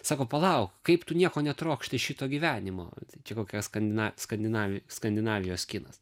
sako palauk kaip tu nieko netrokšti iš šito gyvenimo čia kokia skandina skandina skandinavijos kinas